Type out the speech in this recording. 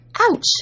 Ouch